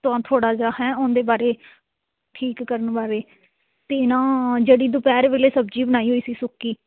ਤਾਂ ਥੋੜ੍ਹਾ ਜਿਹਾ ਹੈਂ ਉਹਦੇ ਬਾਰੇ ਠੀਕ ਕਰਨ ਬਾਰੇ ਅਤੇ ਨਾ ਜਿਹੜੀ ਦੁਪਹਿਰ ਵੇਲੇ ਸਬਜ਼ੀ ਬਣਾਈ ਹੋਈ ਸੀ ਸੁੱਕੀ